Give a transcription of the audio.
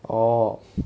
orh